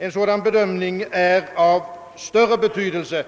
En sådan bedömning är av större betydelse